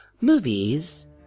movies